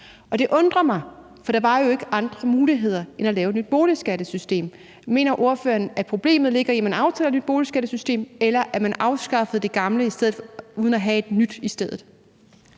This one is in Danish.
Og det undrer mig, for der var jo ikke andre muligheder end at lave et nyt boligskattesystem. Mener ordføreren, at problemet ligger i, at man aftaler et nyt boligskattesystem, eller at man afskaffede det gamle uden at have et nyt i stedet?